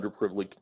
underprivileged